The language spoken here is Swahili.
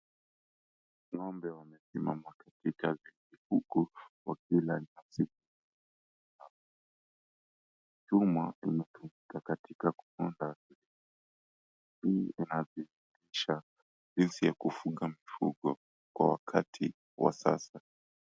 Ng'ombe wamesimama katika zizi huku wakila nyasi chuma imetumika kitaka kuunda hii inadhihirisha jinsi ya kufuga mifugo kwa wakati wa sasa.